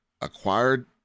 acquired